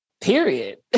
period